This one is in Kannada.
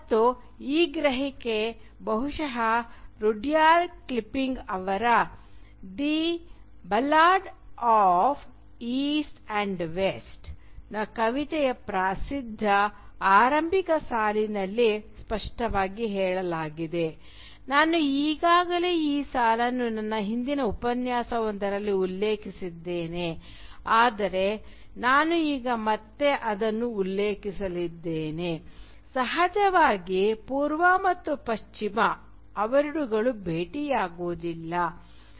ಮತ್ತು ಈ ಗ್ರಹಿಕೆ ಬಹುಶಃ ರುಡ್ಯಾರ್ಡ್ ಕಿಪ್ಲಿಂಗ್ ಅವರ The Ballad of East and West ನ ಕವಿತೆಯ ಪ್ರಸಿದ್ಧ ಆರಂಭಿಕ ಸಾಲಿನಲ್ಲಿ ಸ್ಪಷ್ಟವಾಗಿ ಹೇಳಲಾಗಿದೆ ನಾನು ಈಗಾಗಲೇ ಈ ಸಾಲನ್ನು ನನ್ನ ಹಿಂದಿನ ಉಪನ್ಯಾಸವೊಂದರಲ್ಲಿ ಉಲ್ಲೇಖಿಸಿದ್ದೇನೆ ಆದರೆ ನಾನು ಈಗ ಅದನ್ನು ಮತ್ತೆ ಉಲ್ಲೇಖಿಸಲಿದ್ದೇನೆ ಸಹಜವಾಗಿ " ಪೂರ್ವ ಮತ್ತು ಪಶ್ಚಿಮ ಅವುಗಳೆರಡೂ ಭೇಟಿಯಾಗುವುದಿಲ್ಲ"